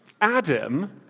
Adam